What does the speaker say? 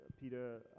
Peter